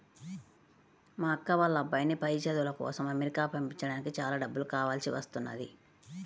మా అక్క వాళ్ళ అబ్బాయిని పై చదువుల కోసం అమెరికా పంపించడానికి చాలా డబ్బులు కావాల్సి వస్తున్నది